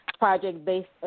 project-based